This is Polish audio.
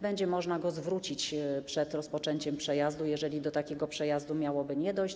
Będzie można go zwrócić przed rozpoczęciem przejazdu, jeżeli do takiego przejazdu miałoby nie dojść.